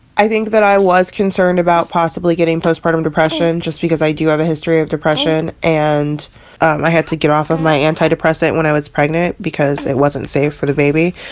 i think that i was concerned about possibly getting postpartum depression just because i do have a history of depression. and um i had to get off of my antidepressant when i was pregnant, because it wasn't safe for the baby.